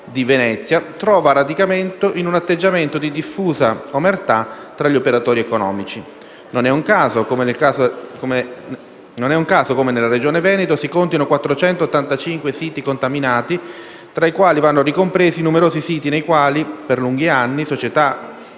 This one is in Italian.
di Venezia, trova radicamento in un atteggiamento di diffusa omertà tra gli operatori economici. Non è un caso come nella Regione Veneto si contino 485 siti contaminati tra i quali vanno ricompresi numerosi siti nei quali, per lunghi anni, le società